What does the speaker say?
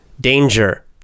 danger